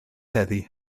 heddiw